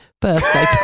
birthday